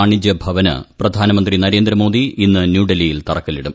വാണിജ്യ ഭവന് പ്രധാനമന്ത്രി നരേന്ദ്രമോദി ഇന്ന് ന്യൂഡൽഹിയിൽ തറക്കല്ലിടും